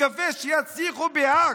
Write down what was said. מקווה שיצליחו בהאג,